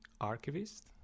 archivist